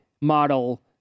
model